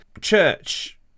church